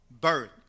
birth